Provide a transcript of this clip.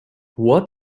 what